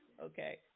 Okay